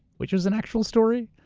which was an actual story.